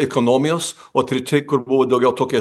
ekonomijos o treti kur buvo daugiau tokie